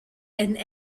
and